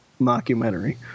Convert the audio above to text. mockumentary